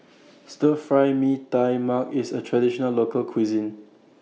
Stir Fry Mee Tai Mak IS A Traditional Local Cuisine